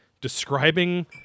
describing